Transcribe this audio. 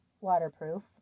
waterproof